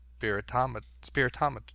Spiritometer